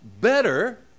better